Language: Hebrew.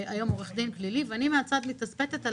והיום הוא עורך דין פלילי ואני מהצד מתצפתת על